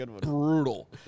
Brutal